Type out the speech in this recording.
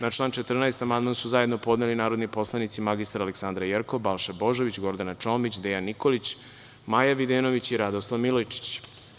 Na član 14. amandman su zajedno podneli narodni poslanici mr Aleksandra Jerkov, Balša Božović, Gordana Čomić, Dejan Nikolić, Maja Videnović i Radoslav Milojičić.